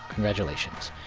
congratulations.